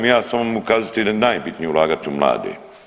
Ja samo mogu kazati da je najbitnije ulagati u mlade.